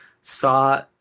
saw